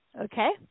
Okay